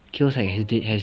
kale has has